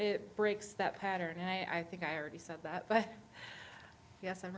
breaks that pattern and i think i already said that but yes i'm